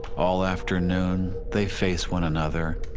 all afternoon they face one another,